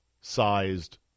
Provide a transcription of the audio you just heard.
sized